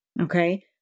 Okay